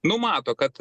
numato kad